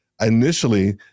initially